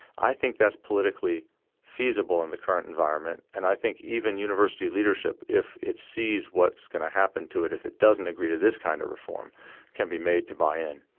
i think that's politically feasible in the current environment and i think even university leadership if it sees what's going to happen to it if it doesn't agree to this kind of reform can be made to buy in